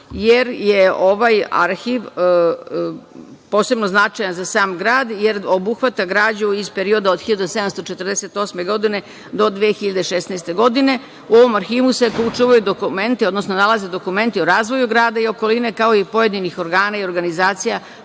jer je ovaj arhiv posebno značajan za sam grad, jer obuhvata građu iz perioda od 1748. godine do 2016. godine. U ovom arhivu se čuvaju dokumenti, odnosno nalaze dokumenti o razvoju grada i okoline, kao i pojedinih organa i organizacija,